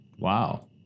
wow